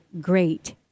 great